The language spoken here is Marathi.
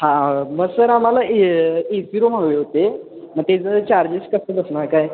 हा मग सर आम्हाला ए ए सी रूम हवे होते मग त्याचं चार्जेस कसे बसणार काय